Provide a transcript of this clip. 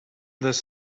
this